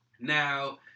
Now